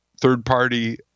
third-party